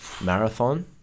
marathon